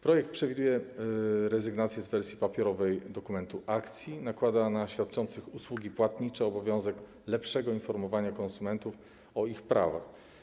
Projekt przewiduje rezygnację z wersji papierowej dokumentu akcji, nakłada na świadczących usługi płatnicze obowiązek lepszego informowania konsumentów o ich prawach.